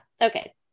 okay